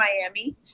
Miami